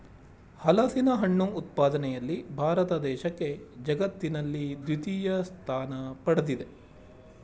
ಹಲಸಿನಹಣ್ಣು ಉತ್ಪಾದನೆಯಲ್ಲಿ ಭಾರತ ದೇಶಕ್ಕೆ ಜಗತ್ತಿನಲ್ಲಿ ದ್ವಿತೀಯ ಸ್ಥಾನ ಪಡ್ದಿದೆ